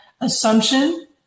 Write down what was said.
assumption